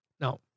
Now